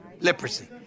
Leprosy